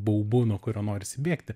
baubu nuo kurio norisi bėgti